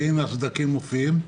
והנה הסדקים מופיעים.